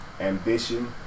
Ambition